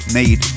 need